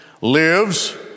Lives